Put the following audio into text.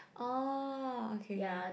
oh okay okay